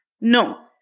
No